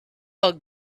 bug